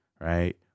right